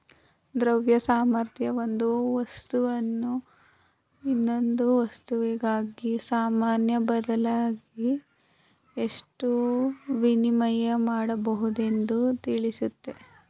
ದ್ರವ್ಯ ಸಾಮರ್ಥ್ಯ ಒಂದು ವಸ್ತುವನ್ನು ಇನ್ನೊಂದು ವಸ್ತುವಿಗಾಗಿ ಸಾಮಾನ್ಯ ಚಲಾವಣೆಯಾಗಿ ಎಷ್ಟು ವಿನಿಮಯ ಮಾಡಬಹುದೆಂದು ತಿಳಿಸುತ್ತೆ